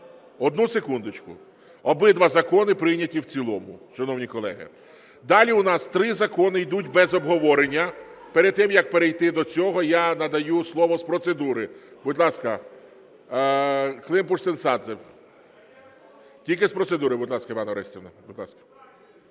Одну секундочку! Обидва закони прийняті в цілому, шановні колеги. Далі у нас три закони йдуть без обговорення. Перед тим, як перейти до цього, я надаю слово з процедури. Будь ласка, Климпуш-Цинцадзе. Тільки з процедури, будь ласка, Іванна Орестівна.